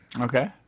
Okay